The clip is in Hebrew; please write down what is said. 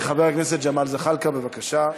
חבר הכנסת ג'מאל זחאלקה, בבקשה.